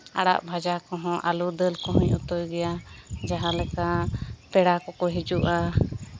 ᱟᱲᱟᱜ ᱵᱷᱟᱡᱟ ᱠᱚᱦᱚᱸ ᱟᱹᱞᱩ ᱫᱟᱹᱞ ᱠᱚᱦᱚᱸᱧ ᱩᱛᱩᱭ ᱜᱮᱭᱟ ᱡᱟᱦᱟᱸ ᱞᱮᱠᱟ ᱯᱮᱲᱟ ᱠᱚᱠᱚ ᱦᱤᱡᱩᱜᱼᱟ